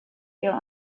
wir